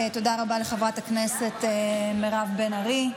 תודה רבה לחברת הכנסת מירב בן ארי.